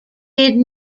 did